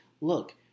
look